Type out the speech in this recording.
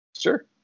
Sure